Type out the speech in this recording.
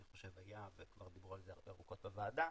חושב שהיה וכבר דיברו על זה ארוכות בוועדה,